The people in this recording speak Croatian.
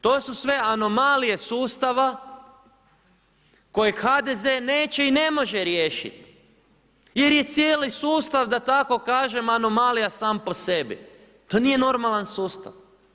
To su sve anomalije sustava kojeg HDZ neće i ne može riješiti jer je cijeli sustav da tako kažem anomalija sam po sebi, to nije normalan sustav.